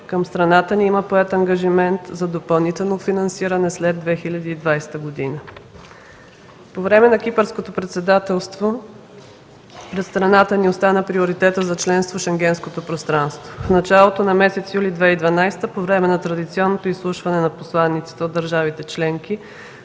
към страната ни има поет ангажимент за допълнително финансиране след 2020 г. По време на Кипърското председателство пред страната ни остана приоритетът за членство в Шенгенското пространство. В началото на месец юли 2012 г. по време на традиционното изслушване на посланиците от държавите членки,